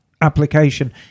application